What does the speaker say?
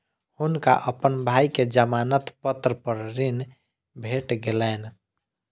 हुनका अपन भाई के जमानत पत्र पर ऋण भेट गेलैन